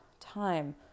time